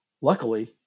luckily